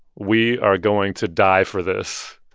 we are going to die for this.